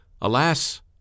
alas